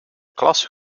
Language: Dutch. klas